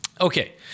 Okay